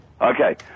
Okay